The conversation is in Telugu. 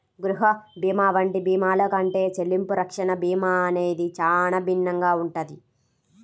గృహ భీమా వంటి భీమాల కంటే చెల్లింపు రక్షణ భీమా అనేది చానా భిన్నంగా ఉంటది